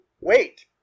wait